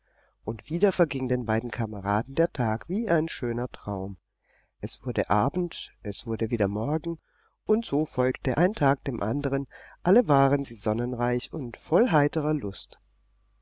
und wieder verging den beiden kameraden der tag wie ein schöner traum es wurde abend es wurde wieder morgen und so folgte ein tag dem andern alle waren sie sonnenreich und voll heiterer lust